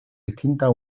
distintas